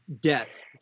debt